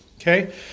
Okay